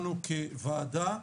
לנו כוועדה,